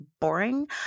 boring